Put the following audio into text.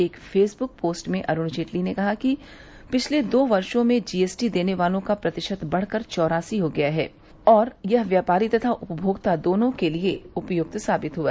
एक Facebook post में अरूण जेटली ने कहा कि पिछले दो वर्षो में जीएसटी देने वालों का प्रतिशत बढ़कर चौरासी हो गया और यह व्यापारी तथा उपभोक्ता दोनों के लिए उपय्क्त साबित हुआ